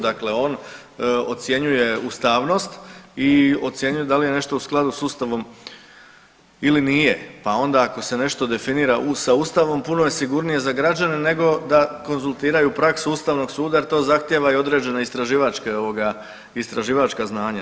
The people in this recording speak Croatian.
Dakle, on ocjenjuje ustavnost i ocjenjuje da li je nešto u skladu s Ustavom ili nije, pa onda ako se nešto definira sa Ustavom puno je sigurnije za građane nego da konzultiraju prasku Ustavnog suda jer to zahtijeva i određene istraživačka znanja.